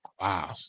wow